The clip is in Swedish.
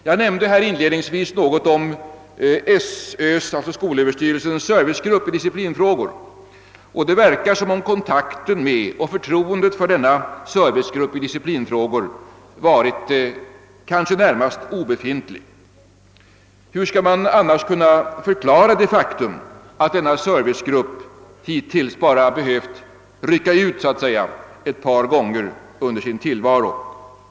Jag nämnde inledningsvis något om skolöverstyrelsens servicegrupp i disciplinfrågor, och det verkar som om kontakten med och förtroendet för denna servicegrupp i disciplinfrågor varit kanske närmast obefintlig. Hur skall man annars kunna förklara det faktum att denna servicegrupp hittills bara behövt rycka ut ett par gånger under sin tillvaro?